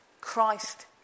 Christ